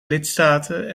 lidstaten